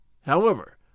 However